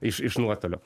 iš iš nuotolio